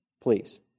Please